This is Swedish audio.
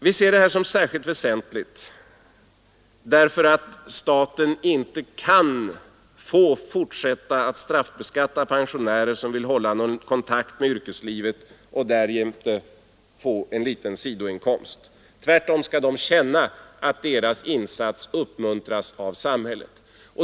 Vi ser detta som särskilt väsentligt, därför att staten inte kan få fortsätta att straffbeskatta pensionärer som vill hålla någon kontakt med yrkeslivet och därmed få en liten sidoinkomst. Tvärtom skall de kunna känna att deras insats uppmuntras av samhället.